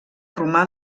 romà